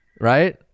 Right